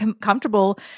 comfortable